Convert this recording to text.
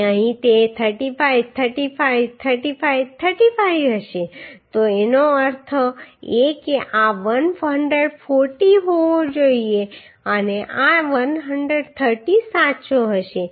અને અહીં તે 35 35 35 35 હશે તો તેનો અર્થ એ કે આ 140 હોવો જોઈએ અને આ 130 સાચો હશે